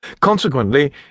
Consequently